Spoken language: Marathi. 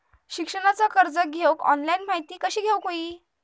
शिक्षणाचा कर्ज घेऊक ऑनलाइन माहिती कशी घेऊक हवी?